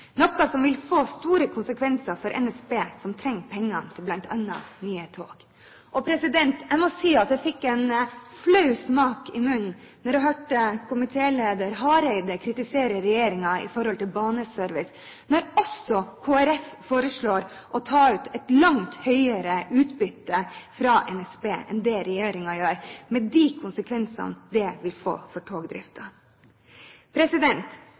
noe som vil få store konsekvenser for NSB, som trenger pengene til bl.a. nye tog? Jeg må si at jeg fikk en flau smak i munnen da jeg hørte komitéleder Hareide kritisere regjeringen i forhold til Baneservice, når også Kristelig Folkeparti foreslår å ta ut et langt høyere utbytte fra NSB enn det regjeringen gjør, med de konsekvensene det vil få for